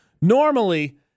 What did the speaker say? Normally